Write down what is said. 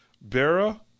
Bera